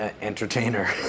entertainer